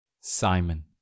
Simon